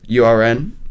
URN